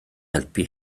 helpu